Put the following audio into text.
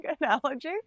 analogy